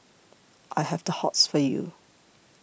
I have the hots for you